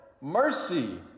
mercy